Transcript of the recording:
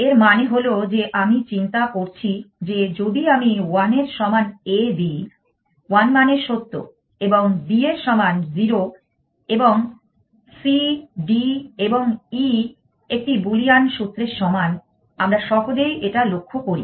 এর মানে হল যে আমি চিন্তা করছি যে যদি আমি 1 এর সমান A দিই 1 মানে সত্য এবং b এর সমান 0 এবং c dএবং e একটি বুলিয়ান সূত্রের সমান আমরা সহজেই এটা লক্ষ্য করি